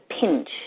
pinch